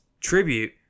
tribute